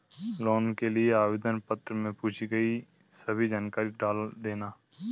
loan के लिए आवेदन पत्र में पूछी गई सभी जानकारी डाल देना